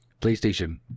PlayStation